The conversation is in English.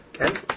Okay